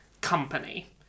company